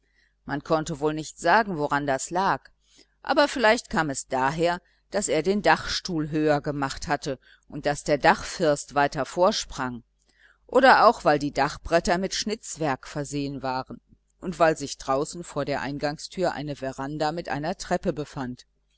man konnte wohl nicht sagen woran das lag aber vielleicht kam es daher daß er den dachstuhl höher gemacht hatte und daß der dachfirst weiter vorsprang oder auch weil die dachbretter mit schnitzwerk versehen waren und weil sich draußen vor der eingangstür eine veranda mit einer treppe befand